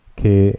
che